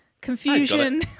Confusion